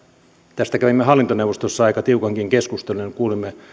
tästä kävimme hallintoneuvostossa aika tiukankin keskustelun ja kuulimme